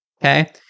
Okay